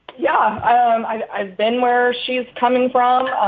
yeah, i've been where she's coming from.